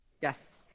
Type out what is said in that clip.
Yes